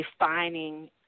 defining